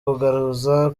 kugaruza